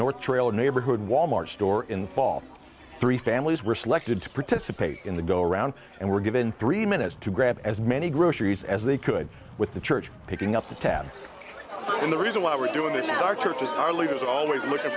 north trail a neighborhood wal mart store in fall three families were selected to participate in the go around and were given three minutes to grab as many groceries as they could with the church picking up the tab and the reason why we're doing this is our churches our leaders are always looking